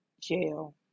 jail